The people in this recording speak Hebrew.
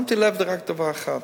שמתי לב רק לדבר אחד,